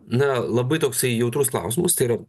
na labai toksai jautrus klausimas tai yra